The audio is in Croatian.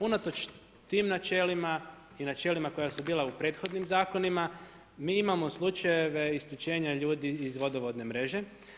Unatoč tim načelima i načelima koja su bila u prethodnim zakonima, mi imamo slučajeva isključenja ljudi iz vodovodne mreže.